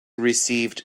received